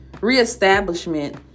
reestablishment